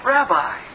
Rabbi